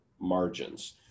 margins